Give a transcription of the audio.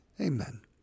Amen